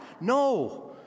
no